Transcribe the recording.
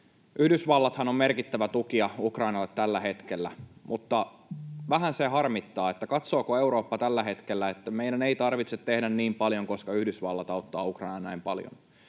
Yhdysvallathan on merkittävä tukija Ukrainalle tällä hetkellä, mutta vähän se harmittaa, että katsooko Eurooppa tällä hetkellä, että meidän ei tarvitse tehdä niin paljon, koska Yhdysvallat auttaa Ukrainaa näin paljon.